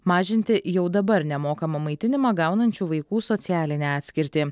mažinti jau dabar nemokamą maitinimą gaunančių vaikų socialinę atskirtį